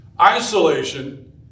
Isolation